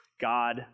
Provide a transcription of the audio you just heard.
God